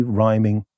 rhyming